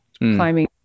climbing